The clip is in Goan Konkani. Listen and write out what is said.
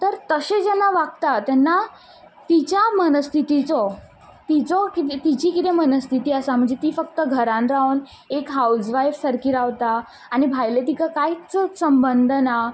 तर तशें जेन्ना वागता तेन्ना तिच्या मनस्थितीचो तिजो तिजी कितें मनस्थिती आसा म्हणजे ती फक्त घरान रावून एक हावज वायफ सारकी रावता आनी भायलें तिका कांयच संबंद ना